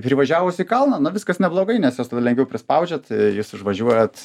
privažiavus į kalną na viskas neblogai nes jos tada lengviau prispaudžia tai jūs užvažiuojat